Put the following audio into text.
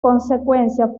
consecuencia